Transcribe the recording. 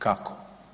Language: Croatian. Kako?